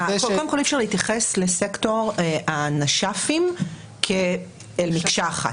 אי אפשר להתייחס לסקטור הנש"פים כאל מקשה אחת.